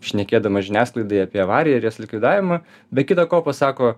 šnekėdamas žiniasklaidai apie avariją ir jos likvidavimą be kita ko pasako